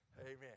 Amen